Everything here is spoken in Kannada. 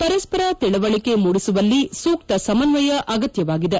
ಪರಸ್ಪರ ತಿಳುವಳಿಕ ಮೂಡಿಸುವಲ್ಲಿ ಸೂಕ್ತ ಸಮನ್ವಯ ಅಗತ್ಯವಾಗಿದೆ